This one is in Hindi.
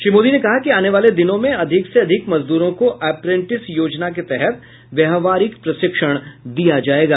श्री मोदी ने कहा कि आने वाले दिनों में अधिक से अधिक मजदूरों को अप्रेंटिस योजना के तहत व्यावहारिक प्रशिक्षण दिया जायेगा